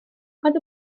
roedd